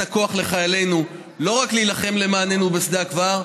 הכוח לחיילינו לא רק להילחם למעננו בשדה הקרב,